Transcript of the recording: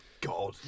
God